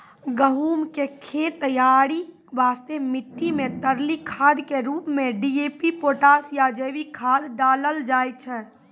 गहूम के खेत तैयारी वास्ते मिट्टी मे तरली खाद के रूप मे डी.ए.पी पोटास या जैविक खाद डालल जाय छै